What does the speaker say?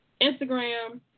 Instagram